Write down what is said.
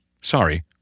Sorry